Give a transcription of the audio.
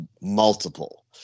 multiple